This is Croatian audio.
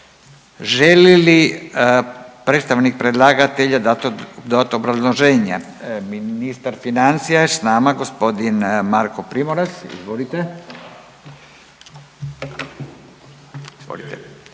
Želi li predstavnik predlagatelja dat dodatno obrazloženje? Ministar financija je s nama g. Marko Primorac. Izvolite.